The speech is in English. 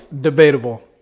Debatable